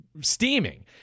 steaming